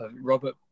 Robert